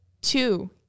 two